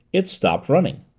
it's stopped running.